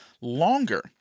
longer